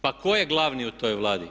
Pa tko je glavni u toj Vladi?